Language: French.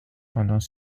pendant